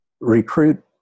recruit